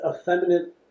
effeminate